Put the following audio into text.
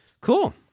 Cool